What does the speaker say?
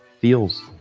feels